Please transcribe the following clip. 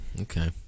Okay